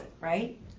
right